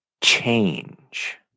change